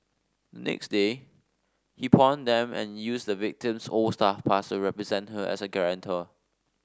next day he pawned them and used the victim's old staff pass a represent her as a guarantor